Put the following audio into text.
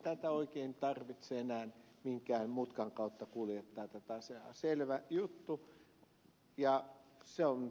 ei oikein tarvitse enää minkään mutkan kautta kuljettaa tätä asiaa se on selvä juttu